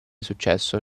successo